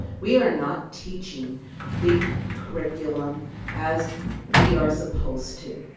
we are not teaching the curriculum as we are supposed to.